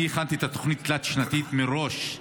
אני הכנתי את התוכנית התלת-שנתית מראש.